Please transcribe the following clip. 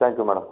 thank you madam